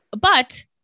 but-